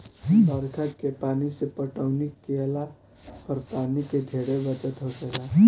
बरखा के पानी से पटौनी केइला पर पानी के ढेरे बचत होखेला